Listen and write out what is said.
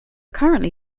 currently